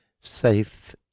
safe